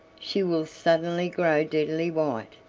she will suddenly grow deadly white,